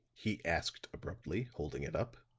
he asked, abruptly, holding it up.